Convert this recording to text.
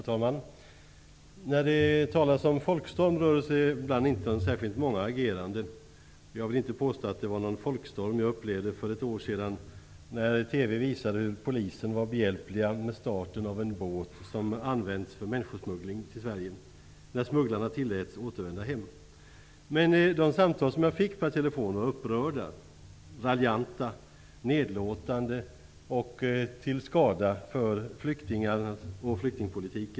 Herr talman! När det talas som folkstorm rör det sig ibland om inte särskilt många agerande. Jag vill inte påstå att det var en folkstorm jag upplevde för ett år sedan när TV visade hur polisen var behjälplig med starten av en båt som använts för människosmuggling till Sverige när smugglarna tilläts att återvända hem. Jag fick en hel del upprörda, raljanta och nedlåtande telefonsamtal till skada för flyktingarna och flyktingpolitiken.